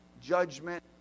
judgment